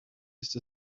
ist